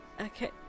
Okay